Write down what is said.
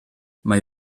mae